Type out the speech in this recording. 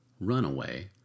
Runaway